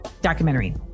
documentary